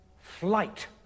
flight